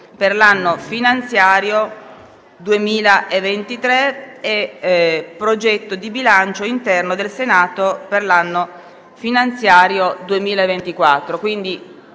per l'anno finanziario 2023) e 4 (Progetto di bilancio interno del Senato per l'anno finanziario 2024).